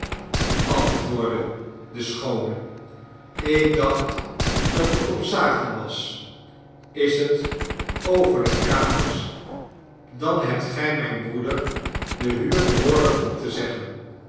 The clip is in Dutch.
antwoordde de schoone ik dacht dat het om zaken was is het over de kamers dan hebt gij mijn broeder de huur behoorlijk op te zeggen